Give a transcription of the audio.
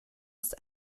ist